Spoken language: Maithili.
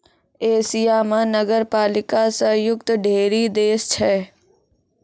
एशिया म नगरपालिका स युक्त ढ़ेरी देश छै